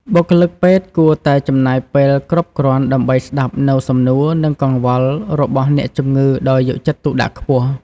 បុគ្គលិកពេទ្យគួរតែចំណាយពេលគ្រប់គ្រាន់ដើម្បីស្តាប់នូវសំណួរ និងកង្វល់របស់អ្នកជំងឺដោយយកចិត្តទុកដាក់ខ្ពស់។